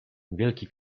wielki